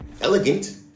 elegant